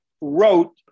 wrote